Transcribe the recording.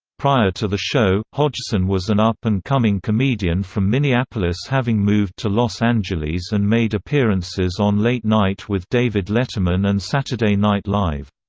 prior to the show, hodgson was an up-and-coming comedian from minneapolis having moved to los angeles and made appearances on late night with david letterman and saturday night live.